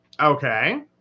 okay